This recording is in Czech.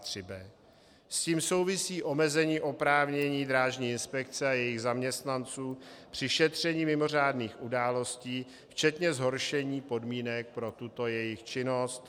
S tím souvisí omezení oprávnění drážní inspekce a jejích zaměstnanců při šetření mimořádných událostí včetně zhoršení podmínek pro tuto jejich činnost.